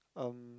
um